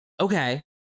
Okay